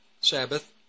Sabbath